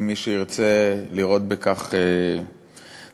אם מישהו ירצה לראות בכך נחמה,